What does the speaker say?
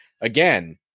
again